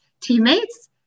teammates